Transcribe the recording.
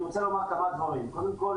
אני רוצה לומר כמה דברים: קודם כל,